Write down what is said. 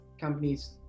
companies